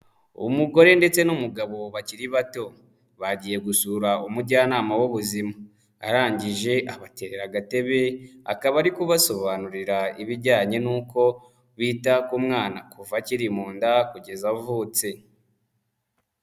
Umugore ndetse n'umugabo bakiri bato, bagiye gusura umujyanama w'ubuzima, arangije abaterera agatebe, akaba ari kubasobanurira ibijyanye n'uko bita ku mwana kuva akiri mu nda kugeza avutse.